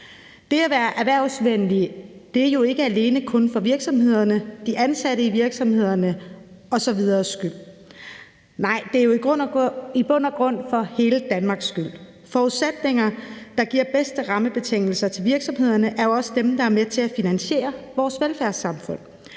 Det at være erhvervsvenlige er jo ikke alene kun for virksomhederne, de ansatte i virksomhederne osv.'s skyld. Nej, det er jo i bund og grund for hele Danmarks skyld. Forudsætninger, der giver de bedste rammebetingelser til virksomhederne, er også dem, der er med til at finansiere vores velfærdssamfund.